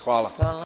Hvala.